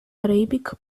arabic